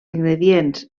ingredients